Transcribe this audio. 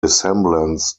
resemblance